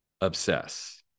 obsess